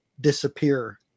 disappear